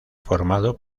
formado